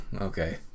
Okay